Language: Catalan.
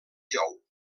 jou